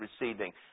receding